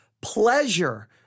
pleasure